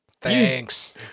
Thanks